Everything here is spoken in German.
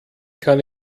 kann